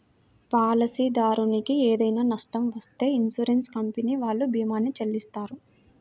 పాలసీదారునికి ఏదైనా నష్టం వత్తే ఇన్సూరెన్స్ కంపెనీ వాళ్ళు భీమాని చెల్లిత్తారు